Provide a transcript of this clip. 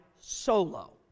solo